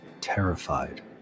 terrified